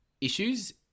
issues